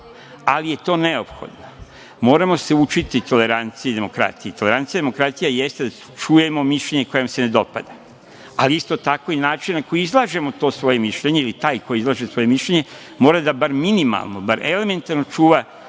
ali je to neophodno. Moramo se učiti toleranciji i demokratiji. Tolerancija i demokratija jeste da čujmo mišljenje koje nam se ne dopada, ali isto tako način na koji izlažemo to svoje mišljenje ili taj koji izlaže svoje mišljenje mora da, bar minimalno, bar elementarno, čuva,